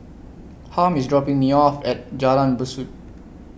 Harm IS dropping Me off At Jalan Besut